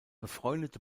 befreundete